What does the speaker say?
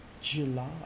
july